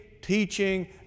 teaching